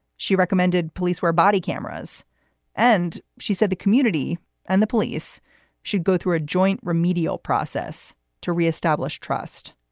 she recommended police wear body cameras and she said the community and the police should go through a joint remedial process to re-establish trust.